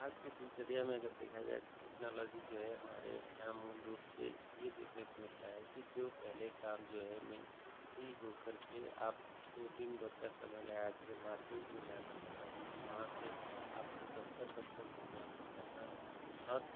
आज की दिनचर्या में अगर देखा जाए टेक्नोलॉज़ी जो है हमारे यहाँ मूलरूप से यह देखने को मिलता है कि जो पहले काम जो है मैनुअली हो करके आपको दिनभर का समय लगा करके मार्केट में जाना पड़ता था वहाँ से आपको दफ़्तर दफ़्तर घूमना पड़ता था हर